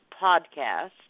podcast